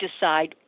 decide